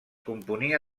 componia